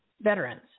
veterans